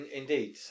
indeed